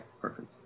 perfect